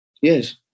Yes